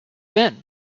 been